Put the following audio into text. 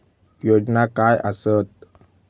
योजना काय आसत?